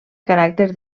caràcter